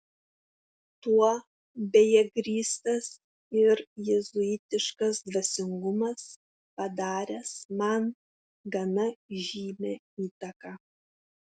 tuo beje grįstas ir jėzuitiškas dvasingumas padaręs man gana žymią įtaką